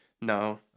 No